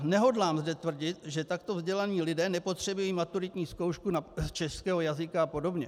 Nehodlám zde tvrdit, že takto vzdělaní lidé nepotřebují maturitní zkoušku z českého jazyka a podobně.